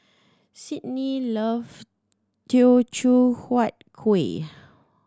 Sydni love Teochew Huat Kueh